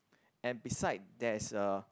and beside there is a